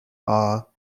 are